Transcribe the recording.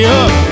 up